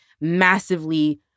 massively